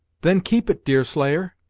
then keep it, deerslayer,